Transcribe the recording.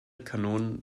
kanonen